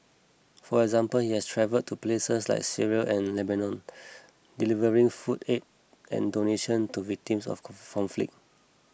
for example he has travelled to places like Syria and Lebanon delivering food aid and donation to victims of conflict